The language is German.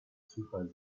zufall